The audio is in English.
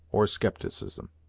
or scepticism.